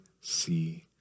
see